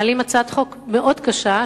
מעלים הצעת חוק מאוד קשה,